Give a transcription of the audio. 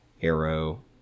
arrow